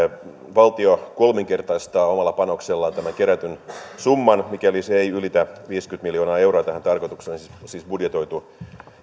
valtio kolminkertaistaa omalla panoksellaan tämän kerätyn summan mikäli se ei ylitä viisikymmentä miljoonaa euroa tähän tarkoitukseen on siis budjetoitu